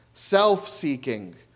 self-seeking